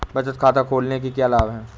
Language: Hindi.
बचत खाता खोलने के क्या लाभ हैं?